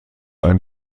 ein